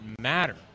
matter